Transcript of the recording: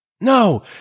No